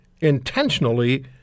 intentionally